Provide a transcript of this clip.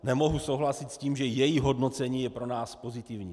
Nemohu souhlasit s tím, že její hodnocení je pro nás pozitivní.